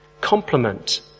complement